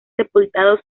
sepultados